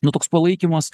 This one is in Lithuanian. nu toks palaikymas